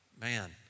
man